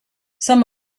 some